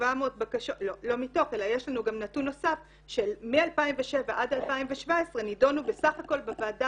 יש לנו נתון נוסף של מ-2007 עד 2017 נדונו בסך הכל בוועדה